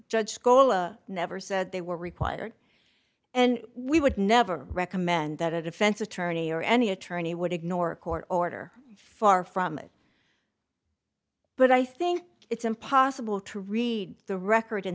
judge never said they were required and we would never recommend that a defense attorney or any attorney would ignore court order far from it but i think it's impossible to read the record in